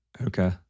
Okay